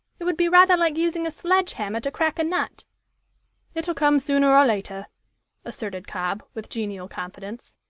it would be rather like using a sledge-hammer to crack a nut it'll come sooner or later asserted cobb, with genial confidence.